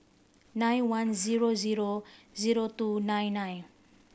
nine one zero zero zero two nine nine